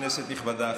כנסת נכבדה,